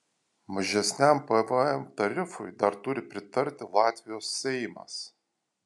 mažesniam pvm tarifui dar turi pritarti latvijos seimas